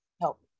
help